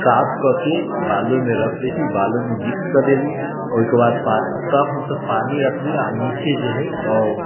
साफ कऽ कऽ बालूमे रखि दै छी बालूमे मिक्स कऽ देली ओहिके बाद तब हमसब पानि रखली आओर निचे जे हइ